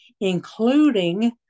including